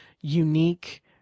unique